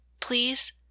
Please